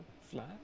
flat